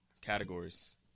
categories